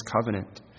covenant